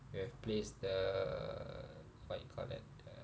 we have placed the what you call that uh